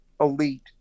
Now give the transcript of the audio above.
elite